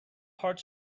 hearts